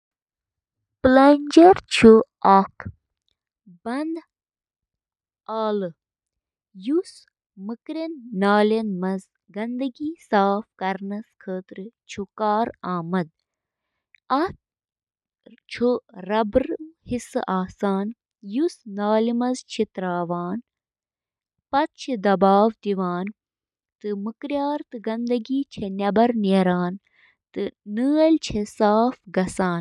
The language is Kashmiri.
اوون چھِ اکھ بند جاے یۄس گرم ماحولس سۭتۍ انٛدۍ پٔکۍ کھٮ۪ن رننہٕ خٲطرٕ گرمی ہُنٛد استعمال چھِ کران۔ اوون چُھ کھین پکنہٕ تہٕ نمی ہٹاونہٕ خٲطرٕ مُنٲسِب درجہ حرارت، نمی تہٕ گرمی ہُنٛد بہاؤ تہِ برقرار تھاوان۔